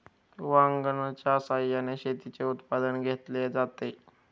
वॅगनच्या सहाय्याने शेतीचे उत्पादन घेतले जाते